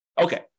Okay